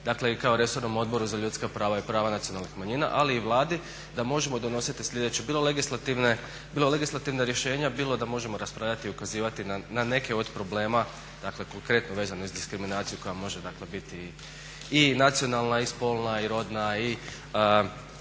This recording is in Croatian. dakle kao resornom Odboru za ljudska prava i prava nacionalnih manjina ali i Vladi da možemo donositi sljedeće bilo legislativna rješenja, bilo da možemo raspravljati i ukazivati na neke od problema, dakle konkretno vezano uz diskriminaciju koja može dakle biti i nacionalna i spolna i rodna i